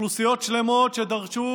אוכלוסיות שלמות שדרשו